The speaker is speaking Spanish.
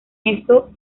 eso